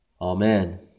Amen